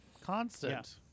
constant